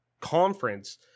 conference